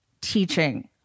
teaching